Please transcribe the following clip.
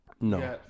No